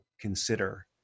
consider